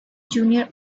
junior